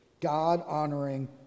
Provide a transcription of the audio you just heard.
God-honoring